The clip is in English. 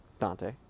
Dante